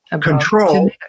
Control